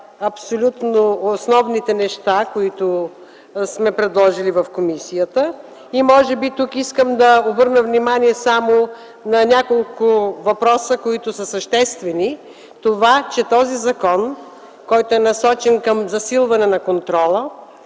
абсолютно основните неща, които сме предложили в комисията. Може би тук искам да обърна внимание само на няколко въпроса, които са съществени. Това, че този закон, който е насочен към засилване на контрола,